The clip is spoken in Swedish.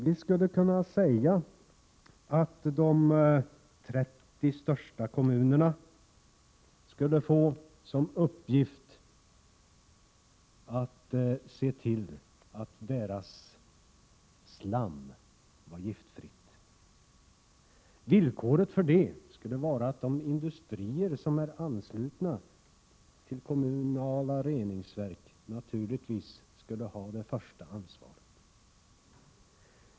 Vi skulle kunna säga att de 30 största kommunerna skulle få som uppgift att se till att deras slam var giftfritt. Villkoret för det skulle vara att de industrier som är anslutna till kommunala reningsverk naturligtvis skulle ha det första ansvaret.